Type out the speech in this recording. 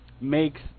makes